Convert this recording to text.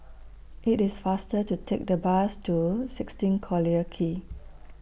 IT IS faster to Take The Bus to sixteen Collyer Quay